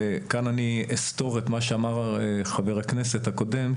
וכאן אני אסתור את מה שאמר חבר הכנסת פרופ' יוסי שיין,